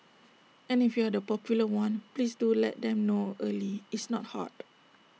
and if you're the popular one please do let them know early it's not hard